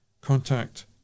contact